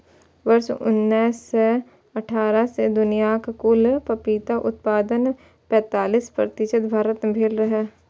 वर्ष उन्नैस सय अट्ठारह मे दुनियाक कुल पपीता उत्पादनक पैंतालीस प्रतिशत भारत मे भेल रहै